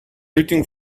looking